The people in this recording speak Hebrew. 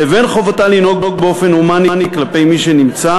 לבין חובתה לנהוג באופן הומני כלפי מי שנמצא